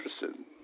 interested